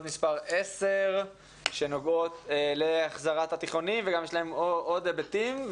מספר 10 שנוגעות להחזרת התיכוניים ויש להם עוד היבטים.